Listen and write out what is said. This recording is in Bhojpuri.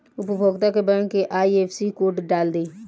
उपभोगता के बैंक के आइ.एफ.एस.सी कोड डाल दी